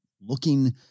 looking